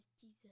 Jesus